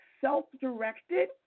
self-directed